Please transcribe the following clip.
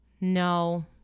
No